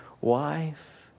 wife